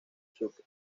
chuck